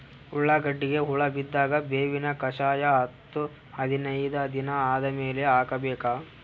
ಉಳ್ಳಾಗಡ್ಡಿಗೆ ಹುಳ ಬಿದ್ದಾಗ ಬೇವಿನ ಕಷಾಯ ಹತ್ತು ಹದಿನೈದ ದಿನ ಆದಮೇಲೆ ಹಾಕಬೇಕ?